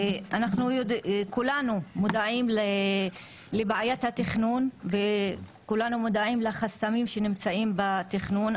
כולנו מודעים לבעיית התכנון וכולנו מודעים לחסמים שנמצאים בתכנון,